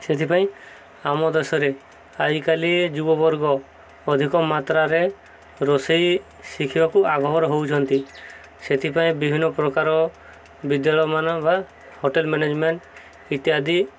ସେଥିପାଇଁ ଆମ ଦେଶରେ ଆଜିକାଲି ଯୁବବର୍ଗ ଅଧିକ ମାତ୍ରାରେ ରୋଷେଇ ଶିଖିବାକୁ ଆଗଭର ହଉଛନ୍ତି ସେଥିପାଇଁ ବିଭିନ୍ନ ପ୍ରକାର ବିଦ୍ୟାଳୟମାନ ବା ହୋଟେଲ୍ ମୋନେଜମେଣ୍ଟ୍ ଇତ୍ୟାଦି